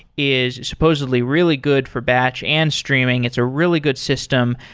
is supposedly really good for batch and streaming. it's a really good system.